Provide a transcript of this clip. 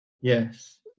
Yes